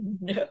no